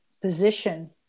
position